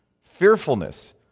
Fearfulness